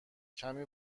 کمی